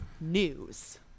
news